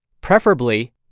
preferably